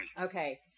Okay